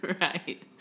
right